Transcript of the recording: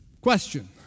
Question